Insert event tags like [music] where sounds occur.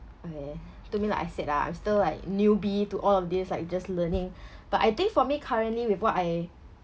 okay to me like I said lah I'm still like newbie to all of this like just learning [breath] but I think for me currently with what I